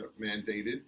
mandated